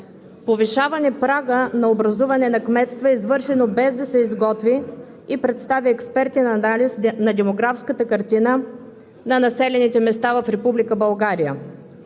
Повишаването на прага за образуване на кметства е извършено, без да се изготви и представи експертен анализ на демографската картина на населените места в